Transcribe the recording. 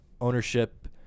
ownership